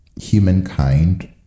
Humankind